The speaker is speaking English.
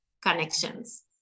connections